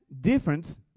difference